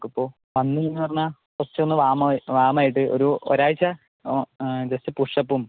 നിങ്ങൾക്ക് ഇപ്പോൾ വന്ന് കഴിഞ്ഞ് പറഞ്ഞാൽ കുറച്ച് ഒന്ന് വാം ആയിട്ട് ഒരു ഒരാഴ്ച ആ ജസ്റ്റ് പുഷ് അപ്പും